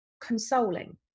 consoling